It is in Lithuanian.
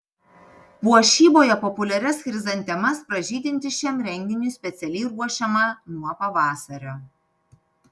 puošyboje populiarias chrizantemas pražydinti šiam renginiui specialiai ruošiama nuo pavasario